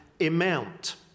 amount